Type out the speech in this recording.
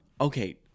Okay